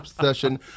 session